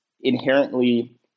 inherently